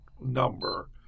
number